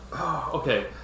Okay